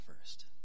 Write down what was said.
first